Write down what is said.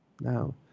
Now